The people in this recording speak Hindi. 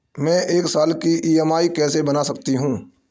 मैं एक साल की ई.एम.आई कैसे बना सकती हूँ?